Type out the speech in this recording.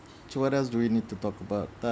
so what else do we need to talk about